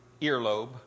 earlobe